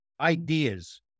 ideas